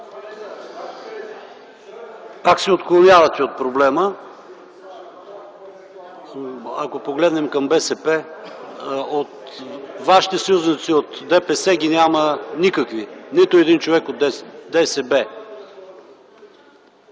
Пак се отклонявате от проблема. Ако погледнем към БСП, вашите съюзници от ДПС ги няма никакви. Нито един човек от ДПС